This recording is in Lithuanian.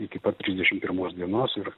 iki pat trisdešim pirmos dienos ir